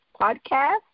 Podcast